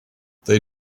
they